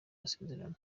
masezerano